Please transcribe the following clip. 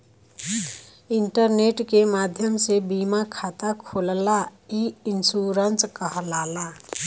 internet के माध्यम से बीमा खाता खोलना ई इन्शुरन्स कहलाला